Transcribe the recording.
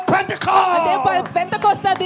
Pentecost